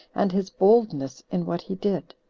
and his boldness in what he did.